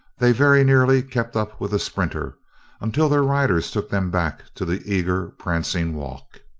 they very nearly kept up with the sprinter until their riders took them back to the eager, prancing walk.